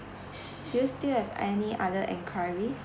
do you still have any other enquiries